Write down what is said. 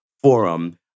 forum